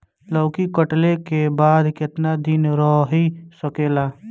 लौकी कटले के बाद केतना दिन रही सकेला?